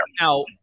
Now